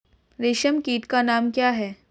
रेशम कीट का नाम क्या है?